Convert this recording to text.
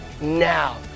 now